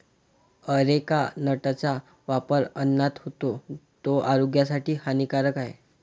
areca नटचा वापर अन्नात होतो, तो आरोग्यासाठी हानिकारक आहे